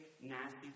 nasty